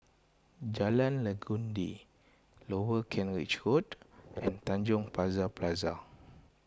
Jalan Legundi Lower Kent Ridge Road and Tanjong Pagar Plaza